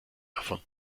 erfunden